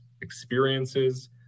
experiences